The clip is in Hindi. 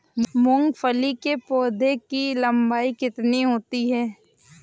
मूंगफली के पौधे की लंबाई कितनी होती है?